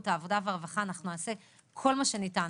העבודה והרווחה אנחנו נעשה כל מה שניתן.